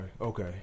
okay